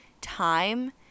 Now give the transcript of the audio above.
time